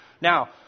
Now